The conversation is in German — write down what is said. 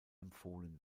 empfohlen